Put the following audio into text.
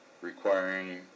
requiring